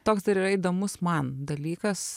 toks dar yra įdomus man dalykas